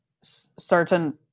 certain